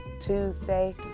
Tuesday